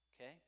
Okay